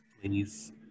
Please